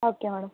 okay madam